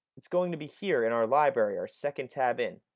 it's going to be here in our library, our second tab in.